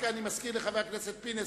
אני רק מזכיר לחבר הכנסת פינס,